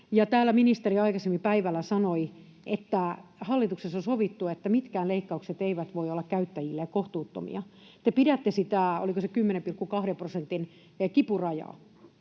aikaisemmin päivällä sanoi, että hallituksessa on sovittu, että mitkään leikkaukset eivät voi olla käyttäjille kohtuuttomia. Te pidätte sitä, oliko se, 10,2 prosentin kipurajaa.